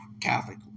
Catholic